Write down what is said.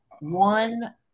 one